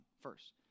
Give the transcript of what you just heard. first